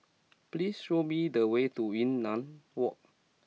please show me the way to Yunnan Walk